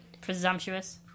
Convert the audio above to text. Presumptuous